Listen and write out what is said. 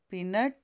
peanut